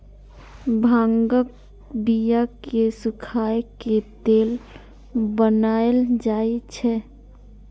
भांगक बिया कें सुखाए के तेल बनाएल जाइ छै